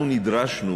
אנחנו נדרשנו